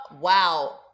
wow